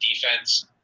defense